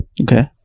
Okay